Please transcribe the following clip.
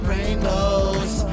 Rainbows